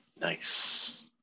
Nice